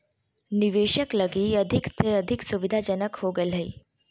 निवेशक लगी अधिक से अधिक सुविधाजनक हो गेल हइ